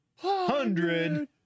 Hundred